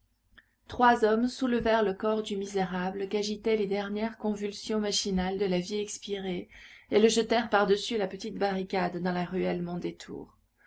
trois hommes soulevèrent le corps du misérable qu'agitaient les dernières convulsions machinales de la vie expirée et le jetèrent par-dessus la petite barricade dans la ruelle mondétour